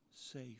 safe